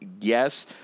yes